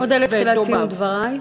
אודה לתחילת סיום דברייך.